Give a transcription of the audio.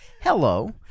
Hello